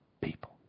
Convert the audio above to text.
people